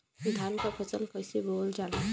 धान क फसल कईसे बोवल जाला?